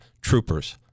troopers